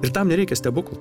ir tam nereikia stebuklo